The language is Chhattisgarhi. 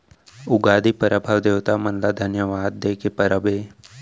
उगादी परब ह देवता मन ल धन्यवाद दे के परब हे